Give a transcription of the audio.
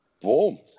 Boom